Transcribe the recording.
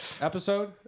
episode